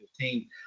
2015